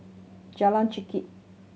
Jalan Chengkek